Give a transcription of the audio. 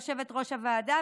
יושבת-ראש הוועדה,